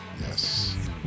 Yes